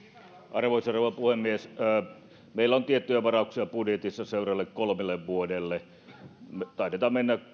arvoisa rouva puhemies meillä on tiettyjä varauksia budjetissa seuraaville kolmelle vuodelle taidetaan mennä